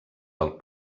del